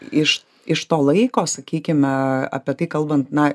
iš iš to laiko sakykime apie tai kalbant na